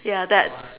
ya